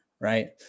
right